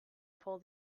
pull